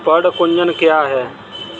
पर्ण कुंचन क्या है?